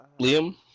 Liam